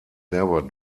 never